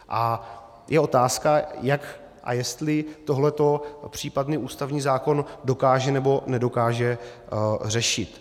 A je otázka, jak a jestli tohle případný ústavní zákon dokáže nebo nedokáže řešit.